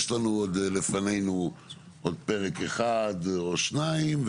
יש לנו עוד לפנינו עוד פרק אחד או שניים.